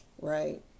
right